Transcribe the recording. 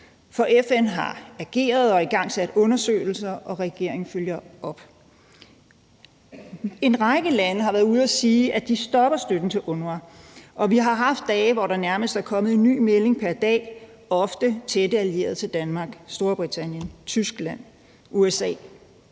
for FN har ageret og igangsat undersøgelser, og regeringen følger op. En række lande har været ude at sige, at de stopper støtten til UNRWA, og vi har haft dage, hvor der nærmest er kommet en ny melding pr. dag, ofte fra tætte allierede til Danmark: Storbritannien, Tyskland, USA.